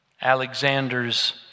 Alexander's